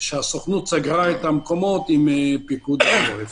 שהסוכנות סגרה מקומות עם פיקוד העורף.